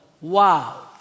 Wow